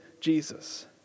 Jesus